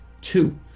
Two